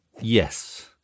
yes